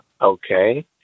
okay